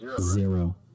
Zero